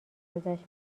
گذشت